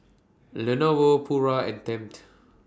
Lenovo Pura and Tempt